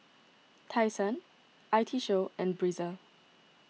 Tai Sun I T Show and Breezer